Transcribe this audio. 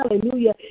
Hallelujah